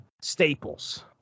staples